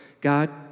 God